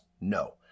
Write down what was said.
No